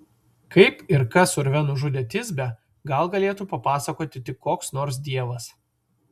kaip ir kas urve nužudė tisbę gal galėtų papasakoti tik koks nors dievas